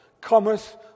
cometh